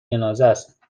جنازهست